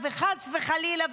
וחס וחלילה,